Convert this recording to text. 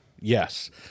Yes